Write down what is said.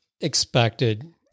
expected